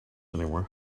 anymore